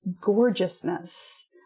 gorgeousness